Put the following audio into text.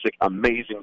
amazing